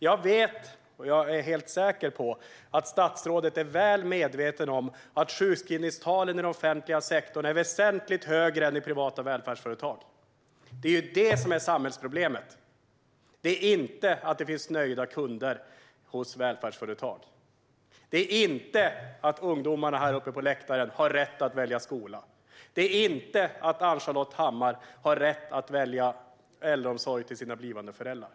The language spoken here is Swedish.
Jag är helt säker på att statsrådet är väl medveten om att sjukskrivningstalen inom den offentliga sektorn är väsentligt högre än i privata välfärdsföretag. Det är detta som samhällsproblemet handlar om - inte om att det finns nöjda kunder hos välfärdsföretag. Det handlar heller inte om att de ungdomar som just nu sitter på läktaren har rätt att välja skola eller om att AnnCharlotte Hammar Johnsson har rätt att välja äldreomsorg till sina föräldrar.